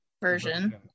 version